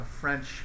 French